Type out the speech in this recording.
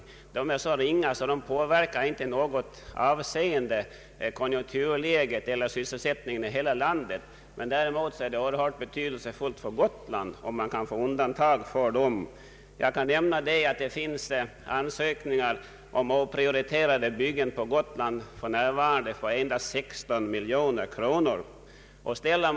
Antalet är så ringa att konjunkturläget eller sysselsättningen i hela landet inte påverkas, men det är av stor betydelse för Gotland om undantag kan göras för dessa objekt. Det finns för närvarande ansökningar om oprioriterade byggen på Gotland till ett belopp av endast 16 miljoner kronor.